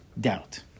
doubt